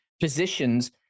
positions